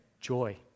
joy